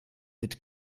mit